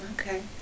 Okay